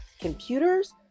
computers